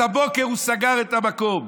אז הבוקר הוא סגר את המקום,